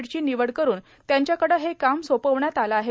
ची निवड करून त्यांच्याकडे हे काम सोपविण्यात आले आहे